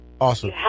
Awesome